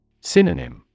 Synonym